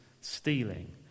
stealing